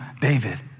David